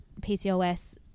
PCOS